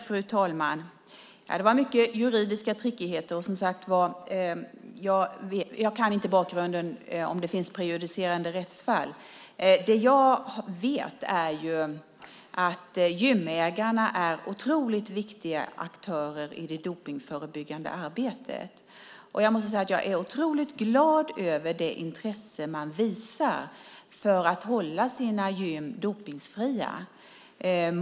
Fru talman! Det var mycket juridiska tricksigheter. Jag kan som sagt inte bakgrunden - om det finns prejudicerande rättsfall. Det jag vet är att gymägarna är otroligt viktiga aktörer i det dopningsförebyggande arbetet. Jag måste säga att jag är otroligt glad över det intresse de visar för att hålla sina gym dopningsfria.